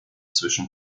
zwischen